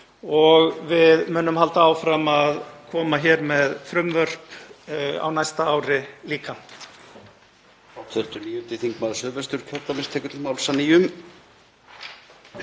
og við munum halda áfram að koma fram með frumvörp á næsta ári líka.